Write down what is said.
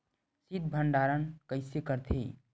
शीत भंडारण कइसे करथे?